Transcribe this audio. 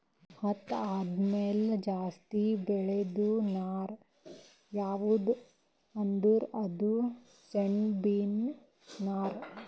ಹತ್ತಿ ಆದಮ್ಯಾಲ ಜಾಸ್ತಿ ಬೆಳೇದು ನಾರ್ ಯಾವ್ದ್ ಅಂದ್ರ ಅದು ಸೆಣಬಿನ್ ನಾರ್